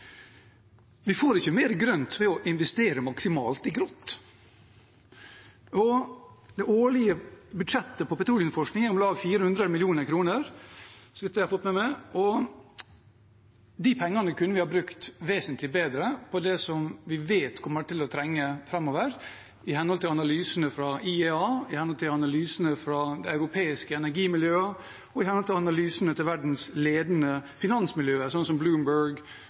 Vi får ikke mer grønt ved å investere maksimalt i grått. Det årlige budsjettet for petroleumsforskning er på om lag 400 mill. kr, så vidt jeg har fått med meg, og de pengene kunne vi brukt vesentlig bedre på det vi vet vi kommer til å trenge framover – i henhold til analysene fra IAEA, i henhold til analysene fra de europeiske energimiljøene, og i henhold til analysene til verdens ledende finansmiljøer, som Bloomberg,